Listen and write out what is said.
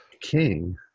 King